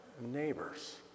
neighbors